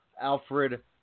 Alfred